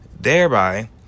thereby